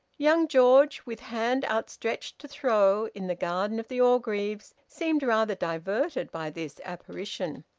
young george, with hand outstretched to throw, in the garden of the orgreaves, seemed rather diverted by this apparition.